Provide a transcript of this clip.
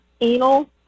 anal